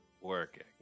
Working